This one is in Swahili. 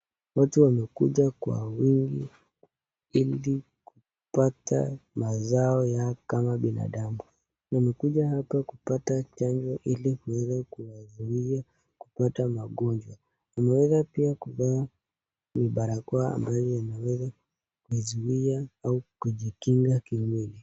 Watu wamekuja kwa wingi, ili, kupata, mazao yao kama binadamu, wamekuja hapa kupata chanjo ili kuweza kuwazuia, kupata magonjwa, wameeza pia kuvaa vibarakoa ambayo inaweza kuizuia au kujikinga kimwili.